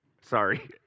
Sorry